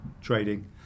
trading